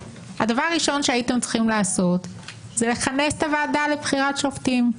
הדבר הראשון שהייתם צריכים לעשות זה לכנס את הוועדה לבחירת שופטים,